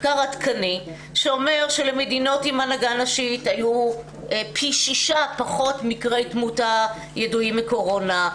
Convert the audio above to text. שאומר שלמדינות עם הנהגה נשית היו פי 6 פחות מקרי תמותה ידועים מקורונה.